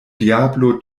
diablo